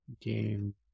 Game